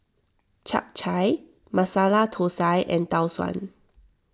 Chap Chai Masala Thosai and Tau Suan